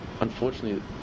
unfortunately